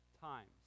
Times